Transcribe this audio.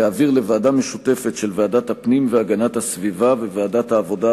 להעביר לוועדה משותפת של ועדת הפנים והגנת הסביבה וועדת העבודה,